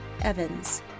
Evans